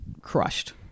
crushed